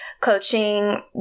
Coaching